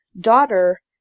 daughter